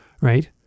right